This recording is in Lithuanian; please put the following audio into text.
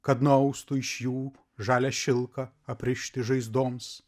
kad nuaustų iš jų žalią šilką aprišti žaizdoms